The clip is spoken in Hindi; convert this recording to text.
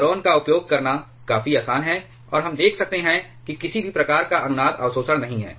बोरोन का उपयोग करना काफी आसान है और हम देख सकते हैं कि किसी भी प्रकार का अनुनाद अवशोषण नहीं है